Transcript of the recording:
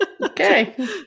Okay